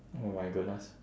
oh my goodness